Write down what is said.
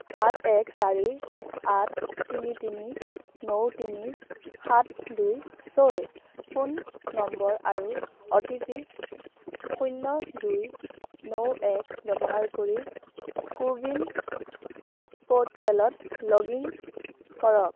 আঠ এক চাৰি আঠ তিনি তিনি ন তিনি সাত দুই ছয় ফোন নম্বৰ আৰু অ'টিপি শূন্য দুই ন এক ব্যৱহাৰ কৰি কোভিন প'ৰ্টেলত লগ ইন কৰক